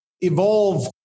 evolve